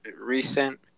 recent